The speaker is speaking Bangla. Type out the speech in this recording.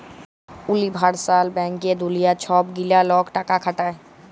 উলিভার্সাল ব্যাংকে দুলিয়ার ছব গিলা লক টাকা খাটায়